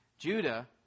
Judah